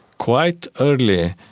quite early.